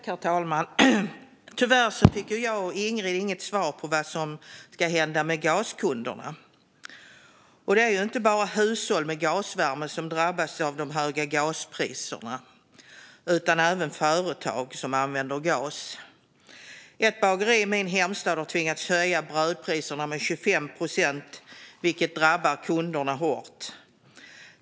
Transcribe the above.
Herr talman! Tyvärr fick Ingrid och jag inget svar på vad som ska hända med gaskunderna. Det är inte bara hushåll med gasvärme som drabbas av de höga gaspriserna utan även företag som använder gas. Ett bageri i min hemstad har tvingats höja brödpriserna med 25 procent, vilket drabbar kunderna hårt.